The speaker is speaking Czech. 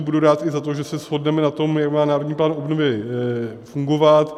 Budu rád i za to, že se shodneme na tom, jak má Národní plán obnovy fungovat.